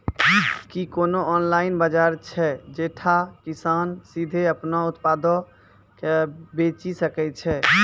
कि कोनो ऑनलाइन बजार छै जैठां किसान सीधे अपनो उत्पादो के बेची सकै छै?